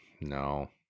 No